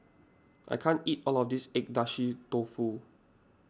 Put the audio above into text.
I can't eat all of this Agedashi Dofu